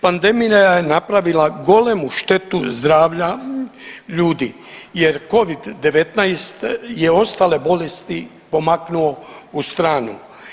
Pandemija je napravila golemu štetu zdravlja ljudi jer covid-19 je ostale bolesti pomaknuo u stranu.